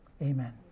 amen